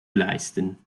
leisten